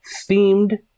themed